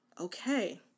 Okay